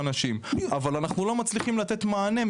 אבל אנחנו לא מצליחים לתת מענה.